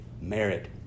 merit